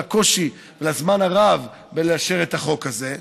לקושי ולזמן הרב באישור את החוק הזה,